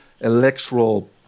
electoral